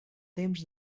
temps